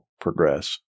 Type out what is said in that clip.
progress